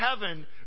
heaven